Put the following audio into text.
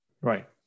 Right